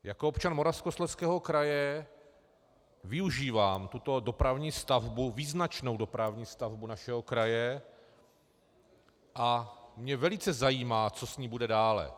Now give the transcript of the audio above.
Jako občan Moravskoslezského kraje využívám tuto dopravní stavbu, význačnou dopravní stavbu našeho kraje, a mě velice zajímá, co s ní bude dále.